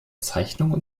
zeichnungen